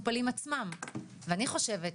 אני באופן אישי,